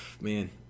Man